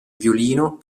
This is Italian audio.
violino